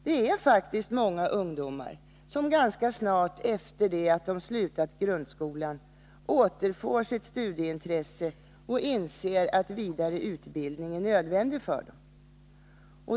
Det är faktiskt många ungdomar som ganska snart efter det att de har slutat grundskolan återfår sitt studieintresse och inser att vidare utbildning är nödvändig för dem.